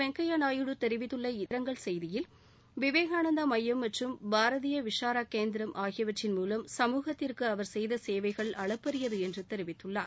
வெங்கைய நாயுடு தெரிவித்துள்ள இரங்கல் செய்தியில் விவேகானந்தா மையம் மற்றும் பாரதிய விசாரா கேந்திரம் ஆகியவற்றின் மூவம் சமூகத்திற்கு அவர் செய்த சேவைகள் அளப்பரியது என்று தெரிவித்துள்ளார்